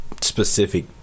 specific